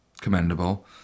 commendable